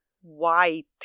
white